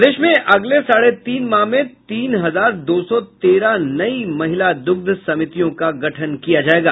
प्रदेश में अगले साढ़े तीन माह में तीन हजार दो सौ तेरह नयी महिला दुग्ध समितियों का गठन किया जायेगा